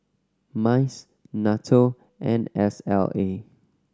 MICE NATO and S L A